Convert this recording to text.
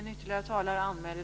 Fru talman!